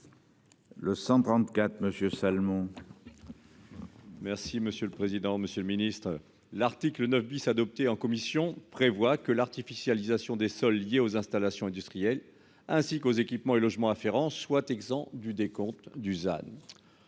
Le 134 Monsieur Salmon. Merci monsieur le président, Monsieur le Ministre. L'article 9 bis adopté en commission prévoit que l'artificialisation des sols liés aux installations industrielles ainsi qu'aux équipements et logements à soient exempts du décompte Dusan.